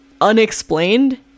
unexplained